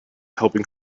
helping